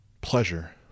pleasure